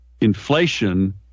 inflation